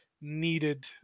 needed